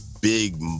big